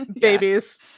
Babies